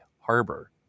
harbor